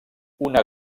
una